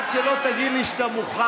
אני מחכה עד שתגיד לי שאתה מוכן.